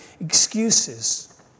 excuses